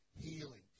healing